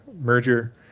merger